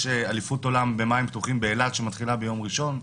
אליפות עולם במים פתוחים באילת שמתחילה ביום ראשון.